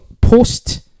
post